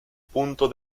punto